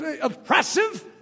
oppressive